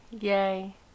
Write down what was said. Yay